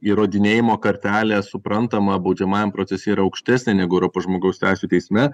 įrodinėjimo kartelė suprantama baudžiamajam procese yra aukštesnė negu europos žmogaus teisių teisme